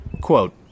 Quote